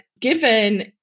given